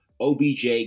OBJ